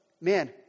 Man